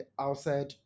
outside